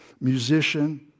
musician